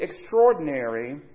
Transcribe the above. extraordinary